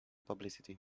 publicity